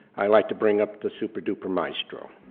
i'd like to bring up the super-duper maestro.